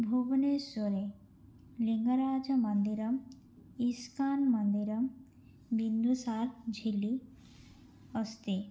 भुवनेश्वरे लिङ्गराजमन्दिरं इस्कान् मन्दिरं निन्दुसा झिल्लि अस्ति